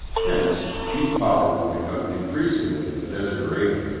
hence cheap power will become increasingly a desideratum,